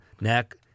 Neck